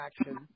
action